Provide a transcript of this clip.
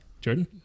Jordan